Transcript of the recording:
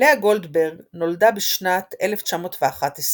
לאה גולדברג נולדה בשנת 1911